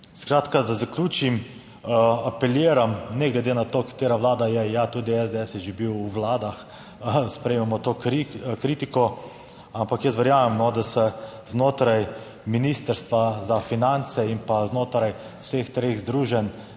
Skratka, da zaključim, apeliram, ne glede na to katera vlada je, ja, tudi SDS je že bil v vladah, sprejmemo to kritiko, ampak jaz verjamem, no, da se znotraj Ministrstva za finance in pa znotraj vseh treh združenj,